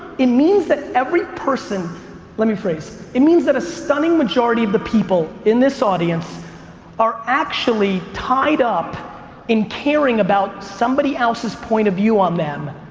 it means that every person let me rephrase it means that a stunning majority of the people in this audience are actually tied up in caring about somebody else's point of view on them,